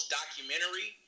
documentary